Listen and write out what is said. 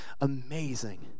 amazing